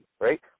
right